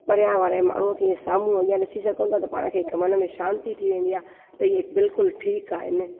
परियां वारे माण्हूअ खे ईअं साम्हूं अॻियां ॾिसी सघूं था त पाण खे हिक मन में शांती थी वेंदी आहे त हे बिल्कुलु ठीकु आहिनि